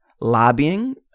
Lobbying